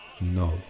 No